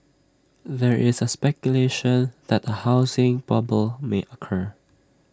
there is speculation that A housing bubble may occur